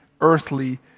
earthly